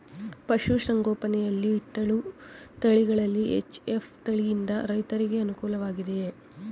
ಪಶು ಸಂಗೋಪನೆ ಯಲ್ಲಿ ಇಟ್ಟಳು ತಳಿಗಳಲ್ಲಿ ಎಚ್.ಎಫ್ ತಳಿ ಯಿಂದ ರೈತರಿಗೆ ಅನುಕೂಲ ವಾಗಿದೆಯೇ?